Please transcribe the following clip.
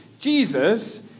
Jesus